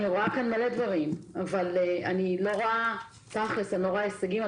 אני רואה כאן מלא דברים אבל תכלס אני לא רואה הישגים,